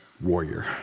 Warrior